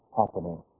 happening